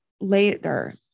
later